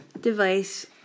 device